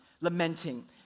lamenting